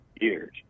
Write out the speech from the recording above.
years